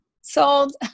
sold